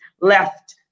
left